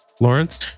Lawrence